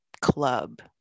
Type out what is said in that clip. club